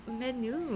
menu